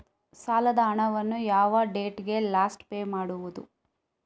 ಸಾಲದ ಹಣವನ್ನು ಯಾವ ಡೇಟಿಗೆ ಲಾಸ್ಟ್ ಪೇ ಮಾಡುವುದು?